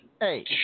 Hey